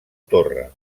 torre